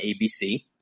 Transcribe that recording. ABC